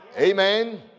Amen